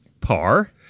par